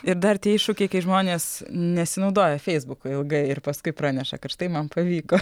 ir dar tie iššūkiai kai žmonės nesinaudoja feisbuku ilgai ir paskui praneša kad štai man pavyko